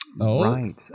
Right